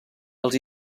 els